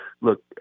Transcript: Look